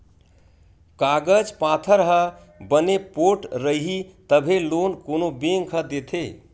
कागज पाथर ह बने पोठ रइही तभे लोन कोनो बेंक ह देथे